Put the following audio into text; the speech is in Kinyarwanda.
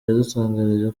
yadutangarije